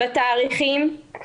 בתאריכים.